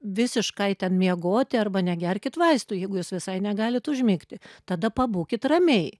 visiškai ten miegoti arba negerkit vaistų jeigu jūs visai negalit užmigti tada pabūkit ramiai